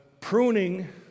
pruning